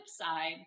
side